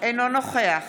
אינו נוכח